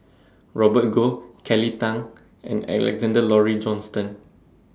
Robert Goh Kelly Tang and Alexander Laurie Johnston